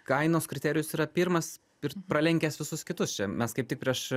kainos kriterijus yra pirmas ir pralenkęs visus kitus čia mes kaip tik prieš